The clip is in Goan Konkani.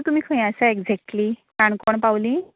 आता तुमी खंय आसा एजेक्टली काणकोण पावली